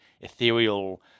ethereal